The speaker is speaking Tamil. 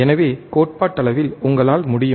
எனவே கோட்பாட்டளவில் உங்களால் முடியும்